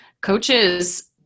coaches